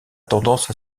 tendance